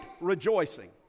rejoicing